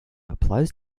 applies